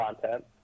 content